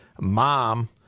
Mom